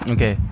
Okay